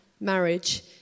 marriage